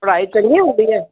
ਪੜ੍ਹਾਈ ਸਹੀ ਹੁੰਦੀ ਹੈ